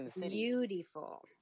beautiful